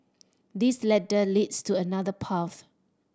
this ladder leads to another path